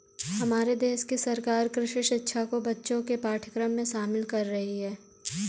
हमारे देश की सरकार कृषि शिक्षा को बच्चों के पाठ्यक्रम में शामिल कर रही है